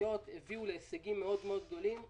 המחוזיות הביאו להישגים גדולים מאוד.